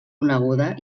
coneguda